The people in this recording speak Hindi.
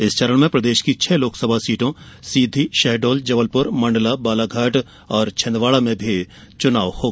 इस चरण में प्रदेश की छह लोकसभा सीटों सीधी शहडोल जबलपुर मण्डला बालाघाट एवं छिन्दवाड़ा में भी चुनाव होगा